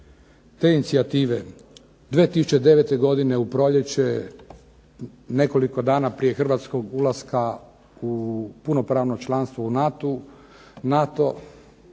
te inicijative. 2009. godine u proljeće nekoliko dana prije Hrvatskog ulaska u punopravno članstvo u NATO